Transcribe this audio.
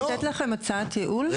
רק